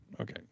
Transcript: Okay